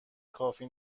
کافی